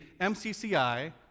MCCI